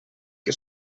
que